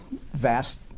vast